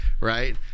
right